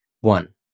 One